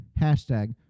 Hashtag